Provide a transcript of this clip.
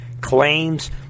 claims